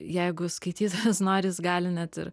jeigu skaitytojas na ir jis gali net ir